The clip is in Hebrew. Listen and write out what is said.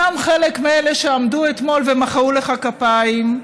גם חלק מאלה שעמדו אתמול ומחאו לך כפיים.